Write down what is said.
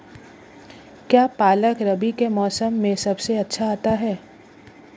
क्या पालक रबी के मौसम में सबसे अच्छा आता है?